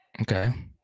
Okay